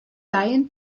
lion